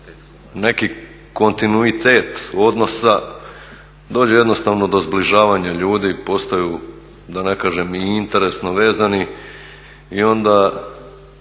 neki kontinuitet odnosa dođe jednostavno do zbližavanja ljudi, postaju da ne kažem i interesno vezani i onda